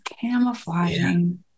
camouflaging